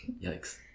Yikes